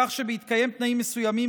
כך שבהתקיים תנאים מסוימים,